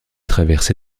traversé